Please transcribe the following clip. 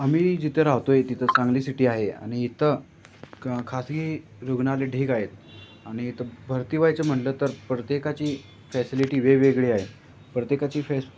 आम्ही जिथं राहतो आहे तिथं सांगली सिटी आहे आणि इथं क खासही रुग्णालय ठीक आहेत आणि इथं भरती व्हायचं म्हटलं तर प्रत्येकाची फॅसिलिटी वेगवेगळी आहे प्रत्येकाची फेस